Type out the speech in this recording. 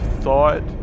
thought